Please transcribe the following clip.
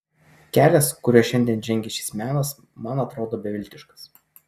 kelias kuriuo šiandien žengia šis menas man atrodo beviltiškas